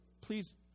Please